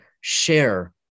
share